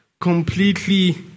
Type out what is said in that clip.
completely